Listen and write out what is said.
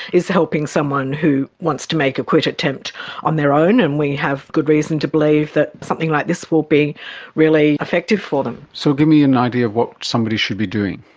is helping someone who wants to make a quit attempt on their own and we have good reason to believe that something like this will be really effective for them. so give me an idea of what somebody should be doing.